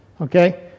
Okay